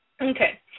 Okay